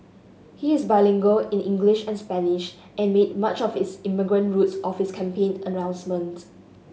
he is bilingual in English and Spanish and made much of is immigrant roots at his campaign announcement